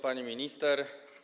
Pani Minister!